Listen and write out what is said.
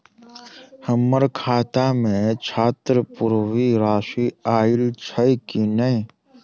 हम्मर खाता मे छात्रवृति राशि आइल छैय की नै?